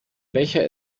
becher